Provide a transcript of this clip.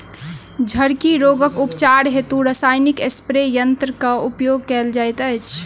झड़की रोगक उपचार हेतु रसायनिक स्प्रे यन्त्रकक प्रयोग कयल जाइत अछि